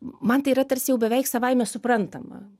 man tai yra tarsi jau beveik savaime suprantama